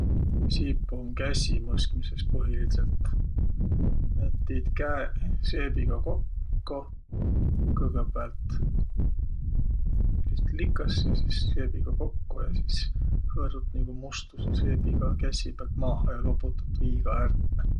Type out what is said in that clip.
Siip um kässi mõskmisõs põhilidsõlt. Et tiit käeq seebiga kokko, kõgõpäält häste likõs ja sis seebiga kokko ja sis hõõrut nigu mustusõ seebiga kässi päält maaha ja loputat viiga ärq.